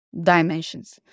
dimensions